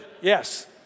Yes